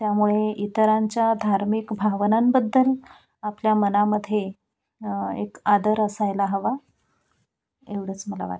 त्यामुळे इतरांच्या धार्मिक भावनांबद्दल आपल्या मनामध्ये एक आदर असायला हवा एवढंच मला वाटतं